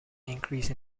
increase